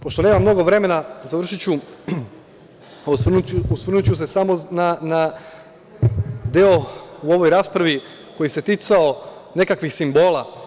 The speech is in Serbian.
Pošto nemam mnogo vremena završiću, osvrnuću se samo na deo u ovoj raspravi koji se ticao nekakvih simbola.